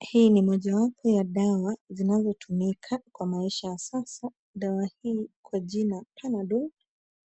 Hii ni mojawapo ya dawa zinazotumika kwa maisha ya sasa. Dawa hii kwa jina Panadol